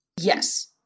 Yes